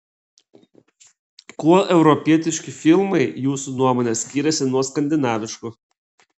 kuo europietiški filmai jūsų nuomone skiriasi nuo skandinaviškų